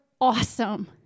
awesome